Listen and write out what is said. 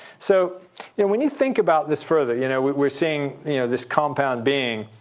so yeah when you think about this further, you know we're seeing you know this compound being.